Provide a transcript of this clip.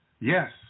Yes